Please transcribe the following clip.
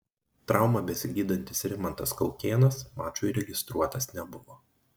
traumą besigydantis rimantas kaukėnas mačui registruotas nebuvo